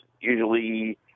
usually